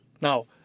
Now